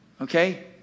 Okay